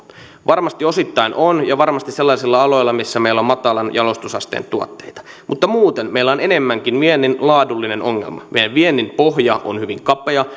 varmasti osittain on ja varmasti sellaisilla aloilla missä meillä on matalan jalostusasteen tuotteita mutta muuten meillä on enemmänkin viennin laadullinen ongelma meidän viennin pohja on hyvin kapea